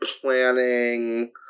planning